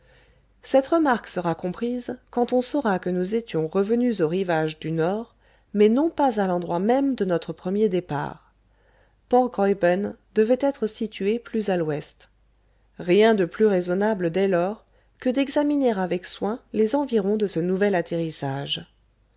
cette remarque sera comprise quand on saura que nous étions revenus au rivage du nord mais non pas à l'endroit même de notre premier départ port graüben devait être situé plus à l'ouest rien de plus raisonnable dès lors que d'examiner avec soin les environs de ce nouvel atterrissage